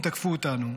הם תקפו אותנו.